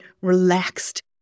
relaxed